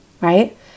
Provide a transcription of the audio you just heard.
right